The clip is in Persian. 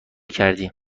کردی